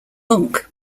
munch